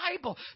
Bible